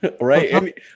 right